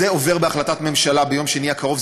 זה עובר בהחלטת ממשלה ביום שני הקרוב,